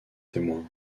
témoin